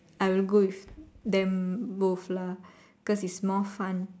I will go with them both lah cause it's more fun